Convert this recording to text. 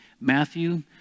Matthew